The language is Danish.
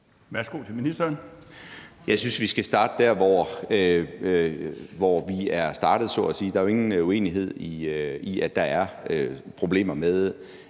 (Morten Bødskov): Jeg synes, vi skal starte der, hvor vi er startet så at sige. Der er jo ingen uenighed i, at der er problemer med